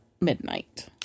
Midnight